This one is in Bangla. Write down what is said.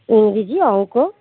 ইংরেজি অঙ্ক